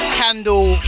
candle